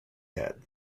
head